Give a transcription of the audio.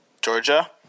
Georgia